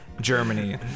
Germany